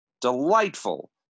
delightful